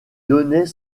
donnait